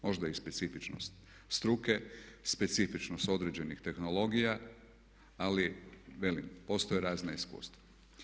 Možda i specifičnost struke, specifičnost određenih tehnologija ali velim, postoje razna iskustva.